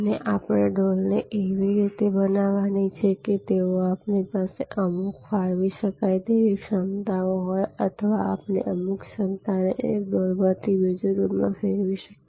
અને આપણે ડોલને એવી રીતે બનાવવાની છે કે તેઓ આપણી પાસે અમુક ફાળવી શકાય તેવી ક્ષમતા હોય અથવા આપણે અમુક ક્ષમતાને એક ડોલમાંથી બીજી ડોલમાં ફેરવી શકીએ